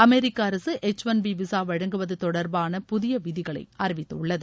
அமெரிக்க அரசு H one B visa வழங்குவது தொடர்பான புதிய விதிகளை அறிவித்துள்ளது